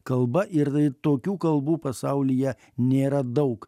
kalba ir tokių kalbų pasaulyje nėra daug